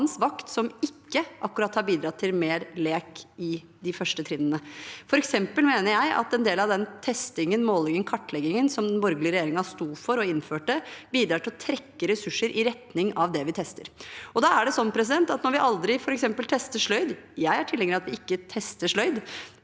som ikke akkurat har bidratt til mer lek på de første trinnene. For eksempel mener jeg at en del av den testingen, målingen og kartleggingen som den borgerlige regjeringen sto for og innførte, bidrar til å trekke ressurser i retning av det vi tester. Da er det sånn at når vi f.eks. aldri tester sløyd – jeg er tilhenger av at vi ikke tester sløyd